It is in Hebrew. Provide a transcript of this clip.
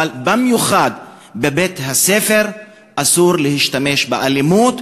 אבל במיוחד בבית-הספר אסור להשתמש באלימות,